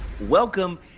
Welcome